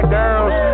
girls